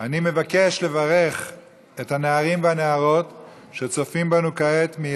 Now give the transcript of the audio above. אני מבקש לברך את הנערים והנערות שהגיעו